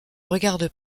regarde